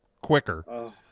quicker